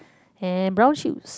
and brown shoes